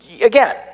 Again